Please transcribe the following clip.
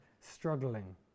struggling